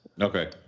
Okay